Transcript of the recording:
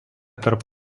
tarp